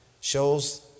shows